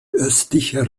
östlicher